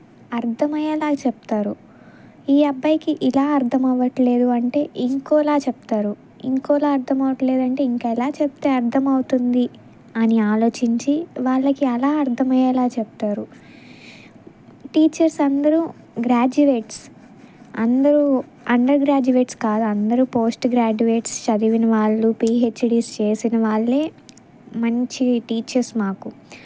అర్థం అయ్యేలా చెప్తారు ఈ అబ్బాయికి ఇలా అర్థం అవ్వడంలేదు అంటే ఇంకొకలా చెప్తారు ఇంకొకలా అర్థం అవ్వడంలేదు అంటే ఇంకా ఎలా చెప్తే అర్థమవుతుంది అని ఆలోచించి వాళ్ళకి అలా అర్థమయ్యేలా చెప్తారు టీచర్స్ అందరూ గ్రాడ్యుయేట్స్ అందరూ అండర్గ్రాడ్యుయేట్స్ కాదు అందరూ పోస్ట్గ్రాడ్యుయేట్స్ చదివిన వాళ్ళు పిహెచ్డీస్ చేసినవాళ్ళే మంచి టీచర్స్ మాకు